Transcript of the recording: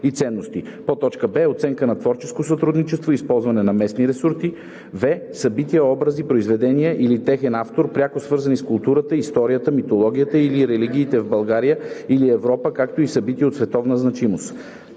ценности; б) оценка на творческо сътрудничество и използване на местни ресурси; в) събития, образи, произведения или техен автор, пряко свързани с културата, историята, митологията или религиите в България или Европа, както и събитие от световна значимост;